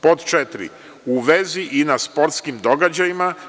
Pod četiri, u vezi i na sportskim događajima.